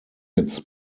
its